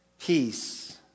peace